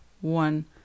one